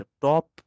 top